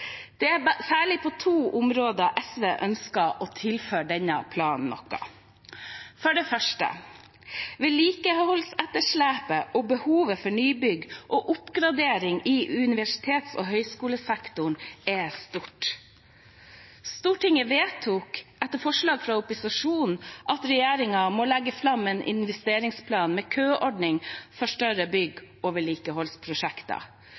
Det er særlig på to områder SV ønsker å tilføre planen noe. For det første gjelder det vedlikeholdsetterslepet, der behovet for nybygg og oppgradering i universitets- og høyskolesektoren er stort. Stortinget vedtok, etter forslag fra opposisjonen, at regjeringen må legge fram en investeringsplan med køordning for større